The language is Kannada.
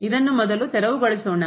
ಇದನ್ನು ಮೊದಲು ತೆರವುಗೊಳಿಸೋಣ